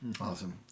Awesome